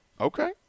Okay